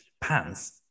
pants